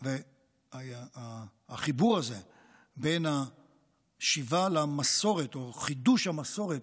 החיבור הזה בין השיבה למסורת או חידוש המסורת